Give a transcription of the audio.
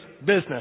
business